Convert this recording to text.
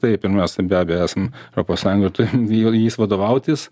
taip ir mes be abejo esam europos sąjungoje turim jai jais vadovautis